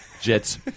jets